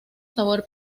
sabor